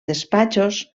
despatxos